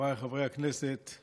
חבריי חברי הכנסת,